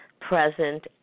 present